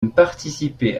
participé